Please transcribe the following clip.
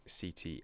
CT